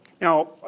now